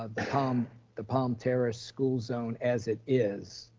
ah um the palm terrace school zone as it is.